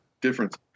difference